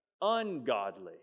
Ungodly